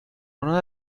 una